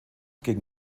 gegen